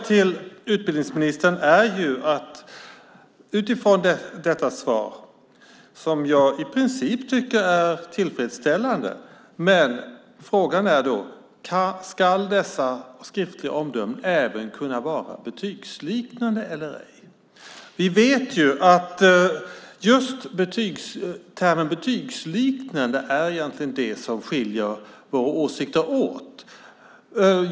Jag tycker att detta svar är i princip tillfredsställande, men frågan är om dessa skriftliga omdömen även ska vara betygsliknande. Vi vet att just termen betygsliknande är det som skiljer våra åsikter åt.